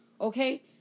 okay